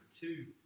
two